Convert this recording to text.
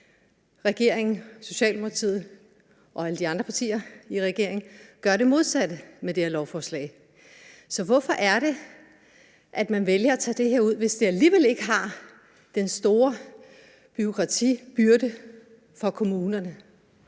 regeringen – Socialdemokratiet og alle de andre partier i regeringen – gør det modsatte med det her lovforslag. Så hvorfor er det, at man vælger at tage det her ud, hvis det alligevel ikke er den store bureaukratiske byrde for kommunerne?